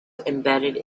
embedded